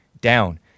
down